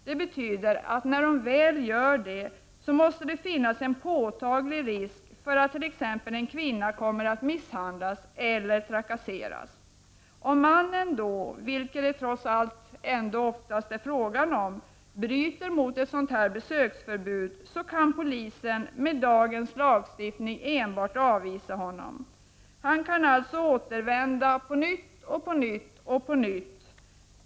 Det betyder att när de väl gör det måste det finnas en påtaglig risk för att en kvinna kommer att misshandlas eller trakasseras. Om mannen, vilket det trots allt oftast är fråga om, bryter mot ett sådant besöksförbud, kan polisen med dagens lagstiftning enbart avvisa honom. Han kan alltså återvända gång på gång.